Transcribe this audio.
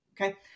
Okay